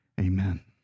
amen